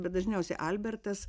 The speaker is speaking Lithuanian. bet dažniausiai albertas